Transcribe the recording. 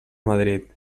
madrid